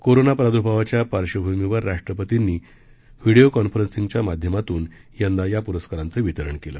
corona प्रादुर्भावाच्या पार्श्वभूमीवर राष्ट्रपतींनी दूरदृष्य संवाद प्रणालीच्या माध्यमातून यंदा या पुरस्कारांचं वितरण केलं